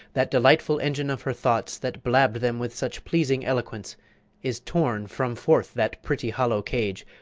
that delightful engine of her thoughts that blabb'd them with such pleasing eloquence is torn from forth that pretty hollow cage,